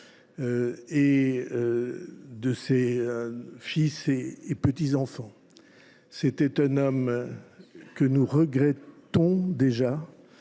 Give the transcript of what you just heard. à ses enfants et petits enfants. Il était un homme que nous regrettons déjà.